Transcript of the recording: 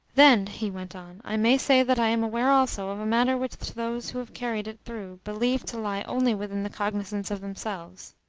then, he went on, i may say that i am aware also of a matter which those who have carried it through believe to lie only within the cognisance of themselves.